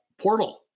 portal